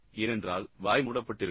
ஏனென்றால் வாய் மூடப்பட்டிருக்கும்